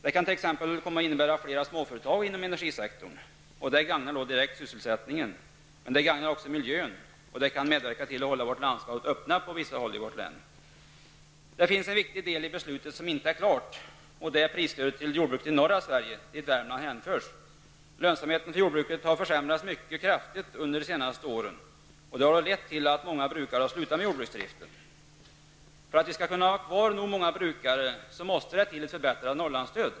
Det kan t.ex. komma att innebära att vi får fler småföretag inom energisektorn, och det gagnar direkt sysselsättningen. Det gagnar också miljön, och det kan medverka till att hålla våra landskap öppna på vissa håll i vårt län. Det finns en viktig del i beslutet som inte är klar, och det är prisstödet till jordbruket i norra Sverige, dit Värmland hänförs. Lönsamheten för jordbruket har försämrats mycket kraftigt under de senaste åren, och detta har lett till att många brukare har slutat med jordbruksdriften. För att vi skall kunna ha kvar nog många brukare måste det till ett förbättrat Norrlandsstöd.